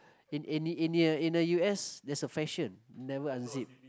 in in in the U_S there's a fashion never unzip